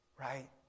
right